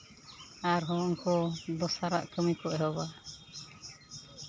ᱟᱨᱦᱚᱸ ᱩᱱᱠᱩ ᱫᱚᱥᱟᱨᱟᱜ ᱠᱟᱹᱢᱤ ᱠᱚ ᱮᱦᱚᱵᱟ